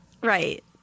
Right